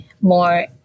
more